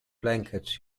blankets